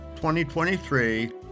2023